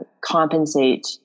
compensate